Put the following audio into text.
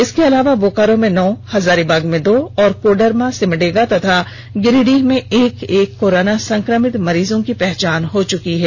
इसके अलावा बोकारो में नौ हजारीबाग में दो और कोडरमा सिमडेगा तथा गिरिडीह में एक एक कोरोना संक्रमित मरीजों की पहचान हो चुकी हैं